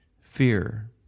fear